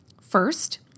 First